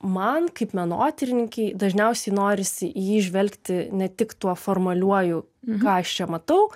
man kaip menotyrininkei dažniausiai norisi į jį įžvelgti ne tik tuo formaliuoju ką aš čia matau